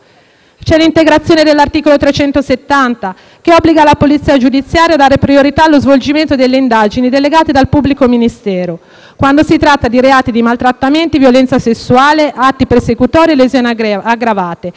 che obbliga la Polizia giudiziaria a dare priorità allo svolgimento delle indagini delegate dal pubblico ministero, quando si tratta di reati di maltrattamenti e violenza sessuale, atti persecutori e lesioni aggravate, commessi in ambito familiare o di semplice convivenza.